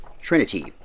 Trinity